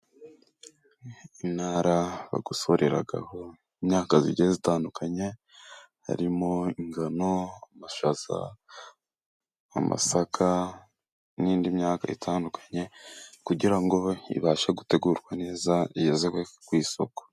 Intara bagosoreraho imyaka igiye itandukanye harimo: ingano, amashyaza, amasaka n'indi myaka itandukanye kugira ngo ibashe gutegurwa neza igezweku isoko.